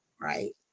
right